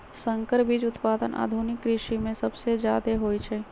संकर बीज उत्पादन आधुनिक कृषि में सबसे जादे होई छई